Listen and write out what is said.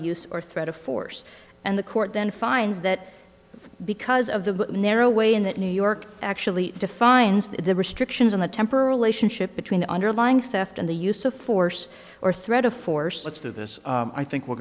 use or threat of force and the court then finds that because of the narrow way in that new york actually defines the restrictions on the temporal ation ship between the underlying theft and the use of force or threat of force let's do this i think we're